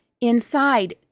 inside